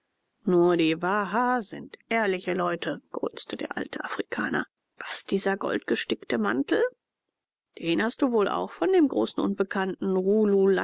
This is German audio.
nur die waha sind ehrliche leute grunzte der alte afrikaner was dieser goldgestickte mantel den hast du wohl auch von dem großen unbekannten